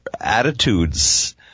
attitudes